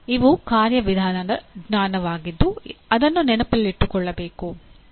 ಇವು ಕಾರ್ಯವಿಧಾನದ ಜ್ಞಾನವಾಗಿದ್ದು ಅದನ್ನು ನೆನಪಿನಲ್ಲಿಟ್ಟುಕೊಳ್ಳಬೇಕು